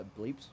bleeps